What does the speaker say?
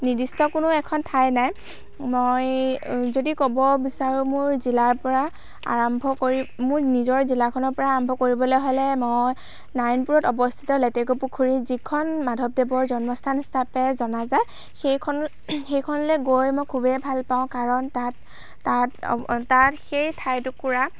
নিৰ্দিষ্ট কোনো এখন ঠাই নাই মই যদি ক'ব বিচাৰোঁ মোৰ জিলাৰ পৰা আৰম্ভ কৰি মোৰ নিজৰ জিলাখনৰ পৰা আৰম্ভ কৰিবলৈ হ'লে মই নাৰায়ণপুৰত অৱস্থিত লেটেকুপুখুৰীত যিখন মাধৱদেৱৰ জন্মস্থান হিচাপে জনা যায় সেইখন সেইখনলৈ গৈ মই খুবেই ভাল পাওঁ কাৰণ তাত তাত তাত সেই ঠাইটুকুৰা